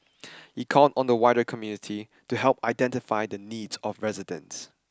he called on the wider community to help identify the needs of residents